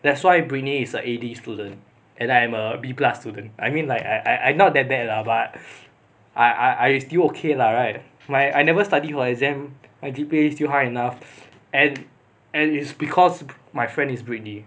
that's why britney is a A_D student and I'm a B plus student I mean like I I I not that bad lah but I I I still okay lah right my I never study for exam my G_P_A is high enough and and it's because my friend is britney